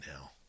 now